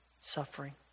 suffering